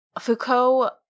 Foucault